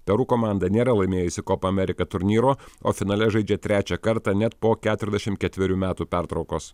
peru komanda nėra laimėjusi kopamerika turnyro o finale žaidžia trečią kartą net po keturiasdešim ketverių metų pertraukos